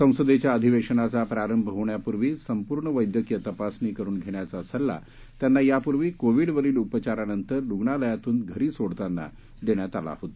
संसदेच्या अधिवेशनाचा प्रारंभ होण्यापूर्वी संपूर्ण वैद्यकीय तपासणी करून घेण्याचा सल्ला त्यांना यापूर्वी कोविड वरील उपचारानंतर रुग्णालयातून घरी सोडताना देण्यात आला होता